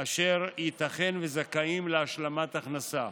אשר ייתכן שהם זכאים להשלמת הכנסה.